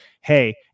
Hey